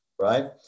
right